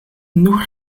nur